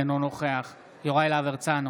אינו נוכח יוראי להב הרצנו,